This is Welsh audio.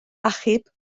achub